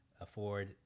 afford